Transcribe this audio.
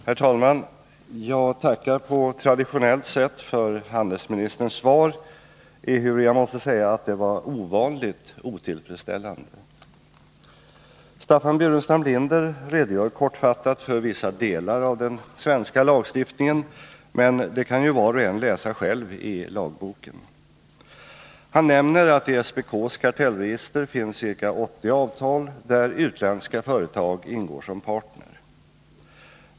Herr talman! Jag tackar på traditionellt sätt för handelsministerns svar, ehuru jag måste säga att det var ovanligt otillfredsställande. Staffan Burenstam Linder redogör kortfattat för vissa delar av den svenska lagstiftningen, men det kan ju var och en läsa själv i lagboken. Han nämner att det i SPK:s kartellregister finns ca 80 avtal där utländska företag ingår som parter.